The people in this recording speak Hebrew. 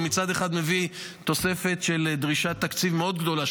אני מצד אחד מביא דרישה של תוספת תקציב מאוד גדולה,